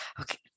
Okay